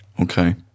okay